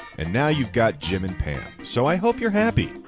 and now you've got jim and pam, so i hope you're happy.